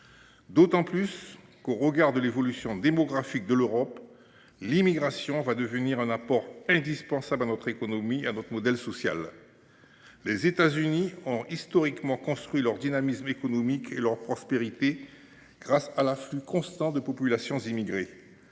En outre, au regard de l’évolution démographique de l’Europe, l’immigration deviendra un apport indispensable à notre économie et à notre modèle social. Les États-Unis ont historiquement construit leur dynamisme économique et leur prospérité grâce à l’afflux constant de populations immigrées.